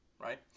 right